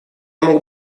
мог